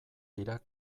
dira